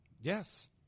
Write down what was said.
Yes